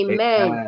Amen